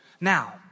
Now